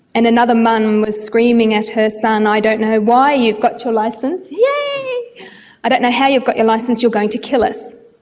and another mum was screaming at her son, i don't know why you've got your licence, yeah i don't know how you've got your licence, you're going to kill us.